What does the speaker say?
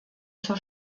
zur